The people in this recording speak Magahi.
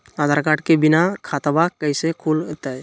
आधार कार्ड के बिना खाताबा कैसे खुल तय?